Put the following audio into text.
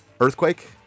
earthquake